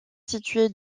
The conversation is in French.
située